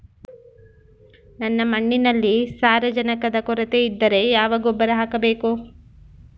ನನ್ನ ಮಣ್ಣಿನಲ್ಲಿ ಸಾರಜನಕದ ಕೊರತೆ ಇದ್ದರೆ ಯಾವ ಗೊಬ್ಬರ ಹಾಕಬೇಕು?